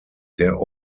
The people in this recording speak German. der